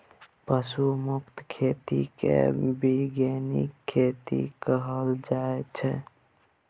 पशु मुक्त खेती केँ बीगेनिक खेती कहल जाइ छै